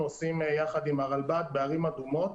עושים יחד עם הרלב"ד בערים אדומות.